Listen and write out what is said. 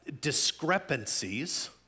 discrepancies